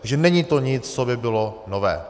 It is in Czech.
Takže není to nic, co by bylo nové.